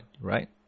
right